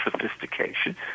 sophistication